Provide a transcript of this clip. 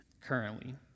currently